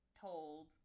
told